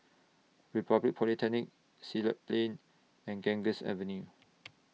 Republic Polytechnic Siglap Plain and Ganges Avenue